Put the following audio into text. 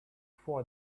for